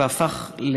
והפך,